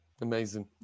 amazing